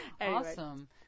Awesome